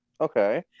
Okay